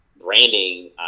branding